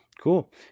Cool